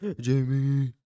Jamie